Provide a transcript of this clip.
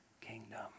kingdom